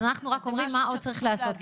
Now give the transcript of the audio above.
אז אנחנו רק אומרים מה עוד צריך לעשות,